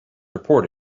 report